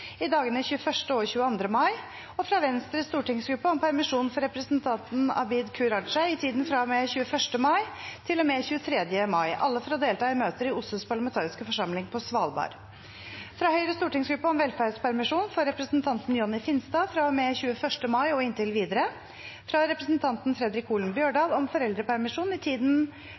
i dagene 21. og 22. mai fra Venstres stortingsgruppe om permisjon for representanten Abid Q. Raja i tiden fra og med 21. mai til og med 23. mai alle for å delta i møter i OSSEs parlamentariske forsamling på Svalbard fra Høyres stortingsgruppe om velferdspermisjon for representanten Jonny Finstad fra og med 21. mai og inntil videre fra representanten Fredric Holen Bjørdal om foreldrepermisjon i tiden